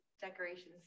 decorations